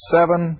seven